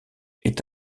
est